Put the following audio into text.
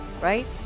right